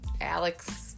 Alex